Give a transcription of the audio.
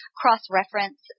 cross-reference